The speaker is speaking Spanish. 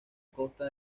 costa